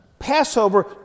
Passover